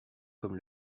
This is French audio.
comme